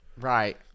Right